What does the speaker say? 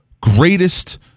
greatest